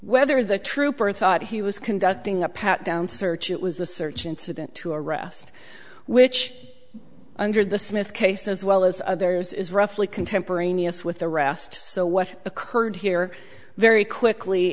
whether the trooper thought he was conducting a pat down search it was a search incident to arrest which under the smith case as well as others is roughly contemporaneous with the rest so what occurred here very quickly